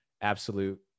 absolute